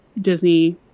Disney